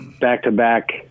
back-to-back